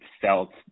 felt